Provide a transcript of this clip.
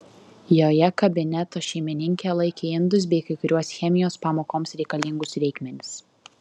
joje kabineto šeimininkė laikė indus bei kai kuriuos chemijos pamokoms reikalingus reikmenis